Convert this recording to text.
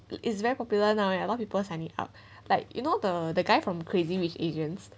it's very popular now eh a lot of people signing up like you know the the guy from crazy rich asians